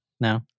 No